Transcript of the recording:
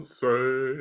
say